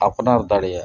ᱟᱯᱱᱟᱨ ᱫᱟᱲᱮᱭᱟᱜᱼᱟ